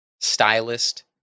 stylist